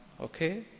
okay